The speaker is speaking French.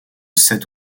sept